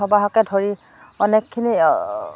সবাহকে ধৰি অনেকখিনি